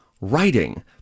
writing